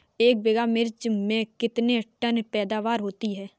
एक बीघा मिर्च में कितने टन पैदावार होती है?